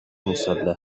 مسلح